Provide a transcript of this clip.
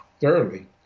thoroughly